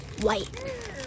White